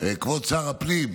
כבוד שר הפנים.